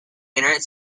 internet